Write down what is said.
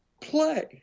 play